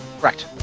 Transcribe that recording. Correct